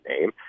name